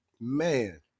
Man